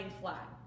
flat